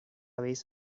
vez